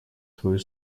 свою